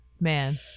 Man